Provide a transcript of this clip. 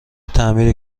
تعمیر